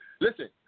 listen